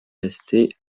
rester